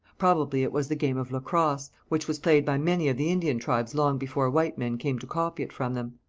probably it was the game of lacrosse, which was played by many of the indian tribes long before white men came to copy it from them.